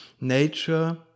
nature